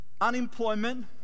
unemployment